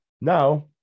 now